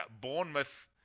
Bournemouth